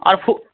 और फू